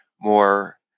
more